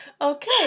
Okay